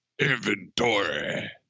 Inventory